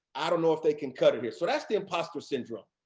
i don't know if they can cut it here. so that's the impostor syndrome.